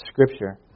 scripture